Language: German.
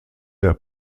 der